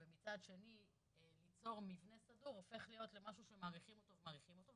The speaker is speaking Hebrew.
ומצד שני ליצור --- הופך להיות למשהו שמאריכים אותו ומאריכים אותו,